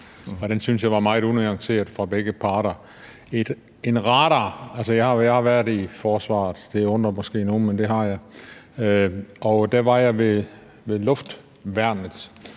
den synes jeg var meget unuanceret fra begge parter. Altså, jeg har været i Forsvaret – det undrer måske nogle, men det har jeg – og der var jeg ved luftværnet.